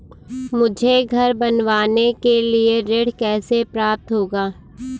मुझे घर बनवाने के लिए ऋण कैसे प्राप्त होगा?